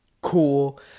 Cool